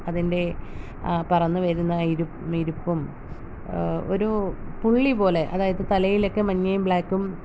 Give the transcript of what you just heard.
അതിൻ്റെ പറന്നു വരുന്ന ഇരുപ് ഇരുപ്പും ഒരു പുള്ളിപോലെ അതായത് തലയിലൊക്കെ മഞ്ഞയും ബ്ലാക്കും